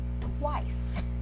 twice